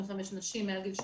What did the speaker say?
כמו נשים מעל גיל 25,